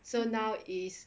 so now is